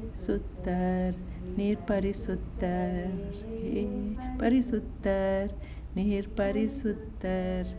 பரிசுத்தர் நீர் பரிசுத்தரே பரிசுத்தர் நீர் பரிசுத்தர் நீர் பரிசுத்தரே:parisuththar